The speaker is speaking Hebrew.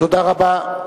תודה רבה.